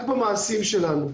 רק במעשים שלנו.